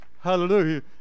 Hallelujah